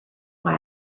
why